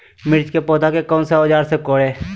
मिर्च की पौधे को कौन सा औजार से कोरे?